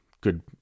good